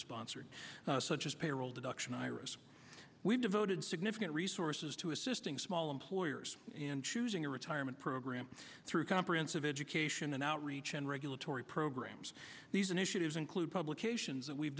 sponsored such as payroll deduction iris we've devoted significant resources to assisting small employers and choosing a retirement program through comprehensive education and outreach and regulatory programs these initiatives include publications